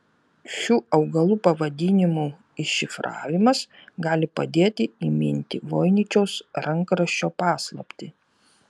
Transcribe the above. šių augalų pavadinimų iššifravimas gali padėti įminti voiničiaus rankraščio paslaptį